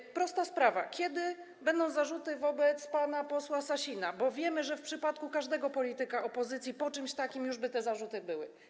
I, prosta sprawa, kiedy będą zarzuty wobec pana posła Sasina, bo wiemy, że w przypadku każdego polityka opozycji po czymś takim już by te zarzuty były?